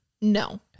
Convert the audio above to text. No